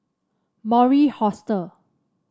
Mori Hostel